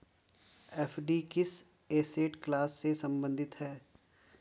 FD किस asset class से संबंधित है?